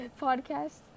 podcast